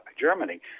Germany